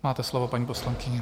Máte slovo, paní poslankyně.